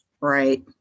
Right